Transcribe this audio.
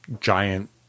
giant